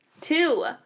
Two